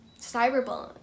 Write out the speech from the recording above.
cyberbullying